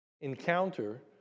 encounter